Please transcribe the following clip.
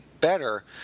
better